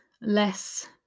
less